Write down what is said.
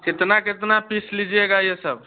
कितना कितना पीस लीजिएगा यह सब